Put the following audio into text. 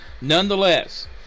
Nonetheless